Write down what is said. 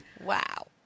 Wow